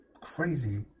crazy